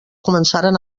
començaren